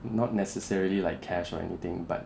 not necessarily like cash or anything but